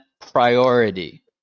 priority